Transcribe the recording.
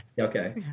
Okay